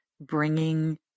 bringing